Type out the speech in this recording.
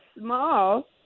small